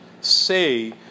say